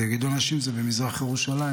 אז יגידו אנשים, זה במזרח ירושלים.